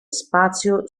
spazio